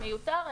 מיותר.